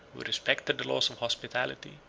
who respected the laws of hospitality,